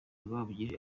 rwabugili